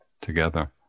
together